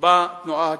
בתנועה הקיבוצית.